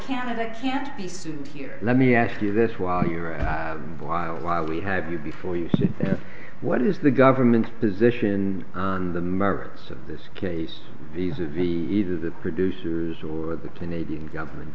canada can't be sitting here let me ask you this while you're a while while we have you before you what is the government's position on the merits of this case visas either the producers or the canadian government